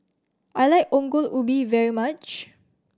I like Ongol Ubi very much